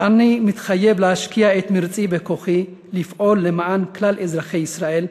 אני מתחייב להשקיע את מרצי וכוחי לפעול למען כלל אזרחי ישראל,